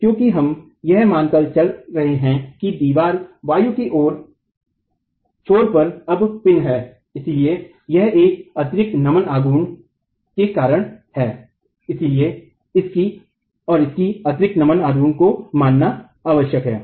क्योकि हम यह मान कर चल रहे है की दीवारवायु की ओर छोर पर अब पिन है और इसलिए यह एक अतिरिक्त नमन आघूर्ण के कारण है और इस अतिरिक्त नमन आघूर्ण को मानना आवश्यक है